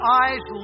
eyes